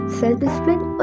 self-discipline